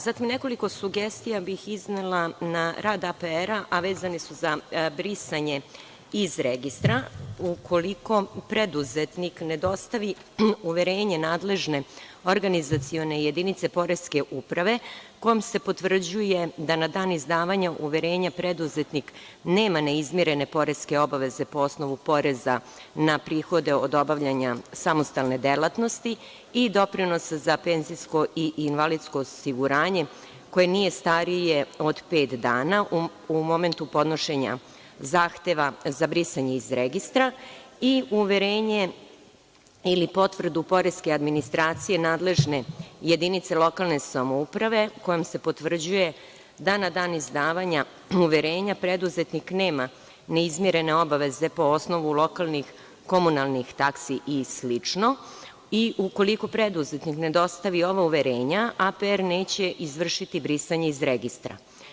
Zatim, iznela bih nekoliko sugestija na rad APR-a, a vezani su za brisanje iz registra, ukoliko preduzetnik ne dostavi uverenje nadležne organizacione jedinice poreske uprave kojom se potvrđuje da na dan izdavanja uverenja preduzetnik nema neizmirene poreske obaveze po osnovu poreza na prihode od obavljanja samostalne delatnosti i doprinosa za penzijsko i invalidsko osiguranje, koje nije starije od pet dana u momentu podnošenja zahteva za brisanje iz registra i uverenje ili potrebu poreske administracije nadležne jedinice lokalne samouprave kojom se potvrđuje da na dan izdavanja uverenja preduzetnik nema neizmirene obaveze po osnovu lokalnih komunalnih taksi i slično i ukoliko preduzetnik ne dostavi ova uverenja, APR neće izvršiti brisanje iz registra.